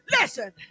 Listen